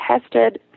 tested